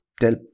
tell